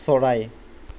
চৰাই